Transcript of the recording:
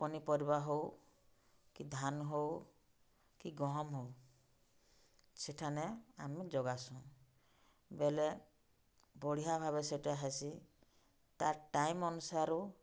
ପନିପରିବା ହଉ କି ଧାନ୍ ହଉ କି ଗହମ୍ ହଉ ସେଠାନେ ଆମେ ଯୋଗାସୁଁ ବେଲେ ବଢ଼ିଆ ଭାବେ ସେଟା ହେସି ତାର୍ ଟାଇମ୍ ଅନୁସାରୁ